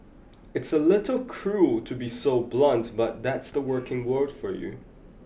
it's a little cruel to be so blunt but that's the working world for you